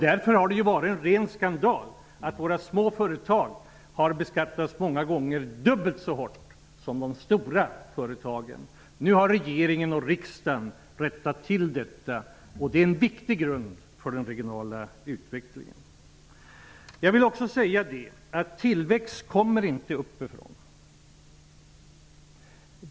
Därför har det varit en ren skandal att våra småföretag många gånger har beskattats dubbelt så hårt som de stora företagen. Nu har regeringen och riksdagen rättat till detta. Det är en viktig grund för den regionala utvecklingen. Jag vill också säga att tillväxt inte kommer uppifrån.